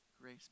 grace